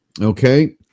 Okay